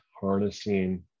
harnessing